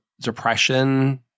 depression